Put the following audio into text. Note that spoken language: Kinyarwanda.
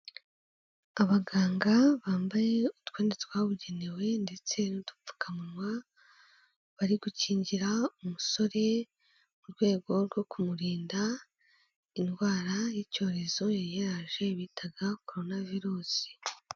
Abaganga bambaye utwenda twabugenewe ndetse n'udupfukawa bari gukingira umusore mu rwego rwo kumurinda indwara y'icyorezo yari yaraje bitaga Korona virusi.